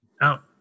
out